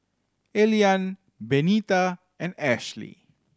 Elian Benita and Ashly